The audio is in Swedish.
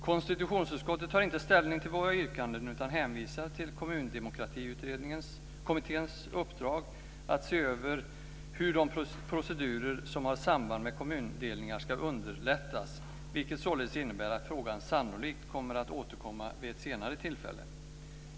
Konstitutionsutskottet tar inte ställning till våra yrkanden utan hänvisar till Kommundemokratikommitténs uppdrag att se över hur de procedurer som har samband med kommundelningar ska underlättas, vilket således innebär att frågan sannolikt kommer att återkomma vid ett senare tillfälle.